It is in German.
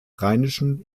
rheinischen